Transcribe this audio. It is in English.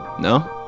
No